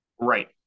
Right